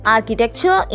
Architecture